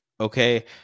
okay